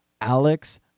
Alex